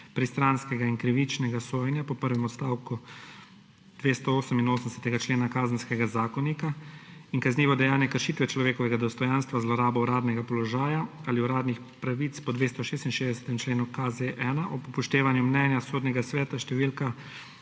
pristranskega in krivičnega sojenja po prvem odstavku 288. člena Kazenskega zakonika in kaznivo dejanje kršitve človekovega dostojanstva, zlorabo uradnega položaja ali uradnih pravic po 266. členu KZ-1, ob upoštevanju mnenja Sodnega sveta številka